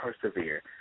persevere